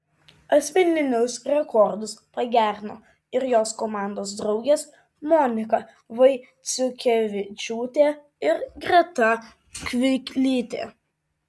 asmeninius rekordus pagerino ir jos komandos draugės monika vaiciukevičiūtė ir greta kviklytė